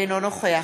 אינו נוכח